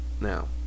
Now